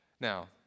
Now